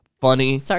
funny